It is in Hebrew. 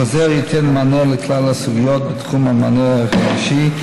החוזר ייתן מענה לכלל הסוגיות בתחום המענה הרגשי,